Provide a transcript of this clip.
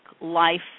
life